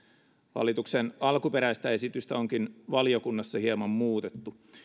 hallituksen alkuperäistä esitystä onkin valiokunnassa hieman muutettu